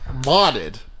modded